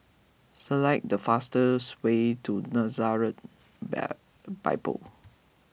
select the fastest way to Nazareth Bible